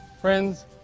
Friends